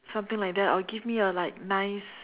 something like that or give me a like nice